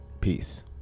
Peace